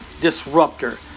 disruptor